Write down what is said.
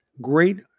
great